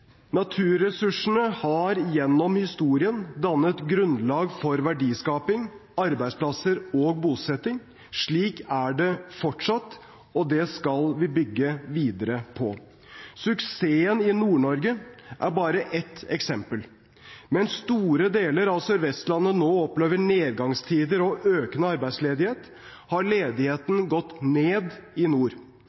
Naturressursene har gjennom historien dannet grunnlag for verdiskaping, arbeidsplasser og bosetting. Slik er det fortsatt, og det skal vi bygge videre på. Suksessen i Nord-Norge er bare ett eksempel. Mens store deler av Sør-Vestlandet nå opplever nedgangstider og økende arbeidsledighet, har ledigheten gått ned i nord.